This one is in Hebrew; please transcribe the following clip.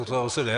ד"ר רסולי,